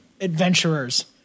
adventurers